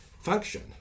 function